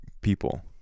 people